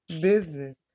business